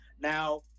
Now